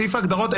סעיף ההגדרות,